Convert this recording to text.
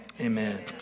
Amen